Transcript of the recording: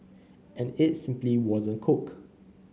and it simply wasn't cook